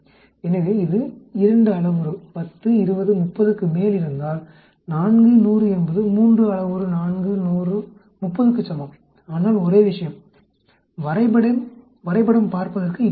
எனவே இது 2 அளவுரு 10 20 30 க்கு மேல் இருந்தால் 4 100 என்பது மூன்று அளவுரு 4 100 30 க்கு சமம் ஆனால் ஒரே விஷயம் வரைபடம் பார்ப்பதற்கு இப்படி இருக்கும்